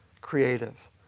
creative